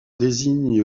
désigne